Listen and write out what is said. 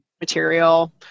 material